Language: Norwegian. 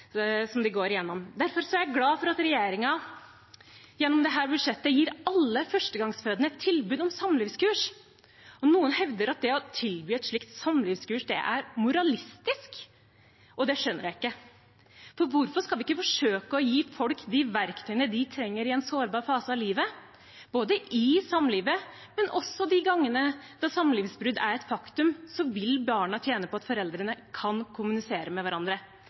testen parforholdet går gjennom. Derfor er jeg glad for at regjeringen gjennom dette budsjettet gir alle førstegangsfødende tilbud om samlivskurs. Noen hevder at det å tilby et slikt samlivskurs er moralistisk, men det skjønner jeg ikke. Hvorfor skal vi ikke forsøke å gi folk de verktøyene de trenger i en sårbar fase av livet? Både i samlivet og de gangene et samlivsbrudd er et faktum, vil barna tjene på at foreldrene kan kommunisere med hverandre.